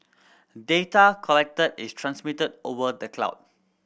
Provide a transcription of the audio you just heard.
data collected is transmitted over the cloud